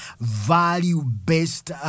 value-based